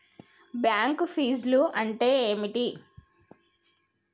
Bank ఫీజ్లు అంటే ఏమిటి?